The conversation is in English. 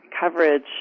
coverage